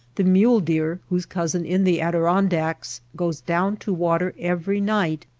the mule-deer whose cousin in the adirondacks goes down to water every night,